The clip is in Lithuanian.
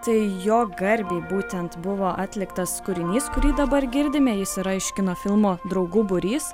tai jo garbei būtent buvo atliktas kūrinys kurį dabar girdime jis yra iš kino filmo draugų būrys